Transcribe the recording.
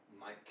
Mike